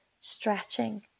stretching